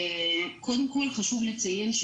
קודם כל חשוב לציין,